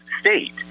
state